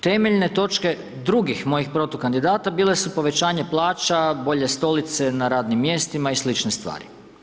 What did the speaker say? Temeljne točke drugih mojih protukandidata bile su povećanje plaća, bolje stolice na radnim mjestima i sl. stvari.